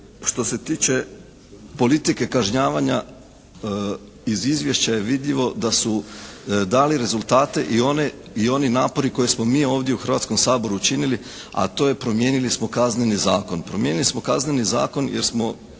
što se tiče politike kažnjavanja iz izvješća je vidljivo da su dali rezultate i one, i oni napori koje smo mi ovdje u Hrvatskom saboru činili a to je promijenili smo Kazneni zakon.